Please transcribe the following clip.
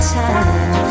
time